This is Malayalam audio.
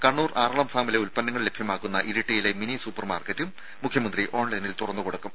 കണ്ണൂർ ആറളം ഫാമിലെ ഉൽപ്പന്നങ്ങൾ ലഭ്യമാക്കുന്ന ഇരിട്ടിയിലെ മിനി സൂപ്പർമാർക്കറ്റും മുഖ്യമന്ത്രി ഓൺലൈനിൽ തുറന്നുകൊടുക്കും